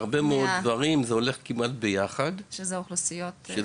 כי בהרבה מאוד דברים דווקא יש הקבלה בין הנתונים של האוכלוסיות האלו,